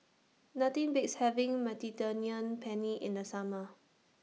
Nothing Beats having Mediterranean Penne in The Summer